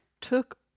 took